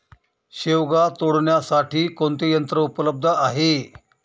शेवगा तोडण्यासाठी कोणते यंत्र उपलब्ध आहे?